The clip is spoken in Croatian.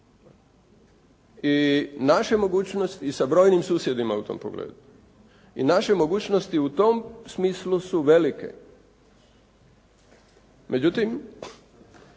i naše mogućnosti, i sa brojnim susjedima u tom pogledu. I naše mogućnosti u tom smislu su velike. Međutim,